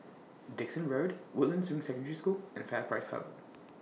Dickson Road Woodlands Ring Secondary School and FairPrice Hub